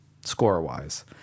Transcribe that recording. score-wise